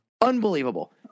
Unbelievable